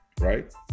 right